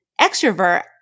extrovert